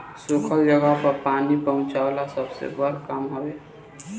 सुखल जगह पर पानी पहुंचवाल सबसे बड़ काम हवे